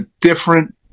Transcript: different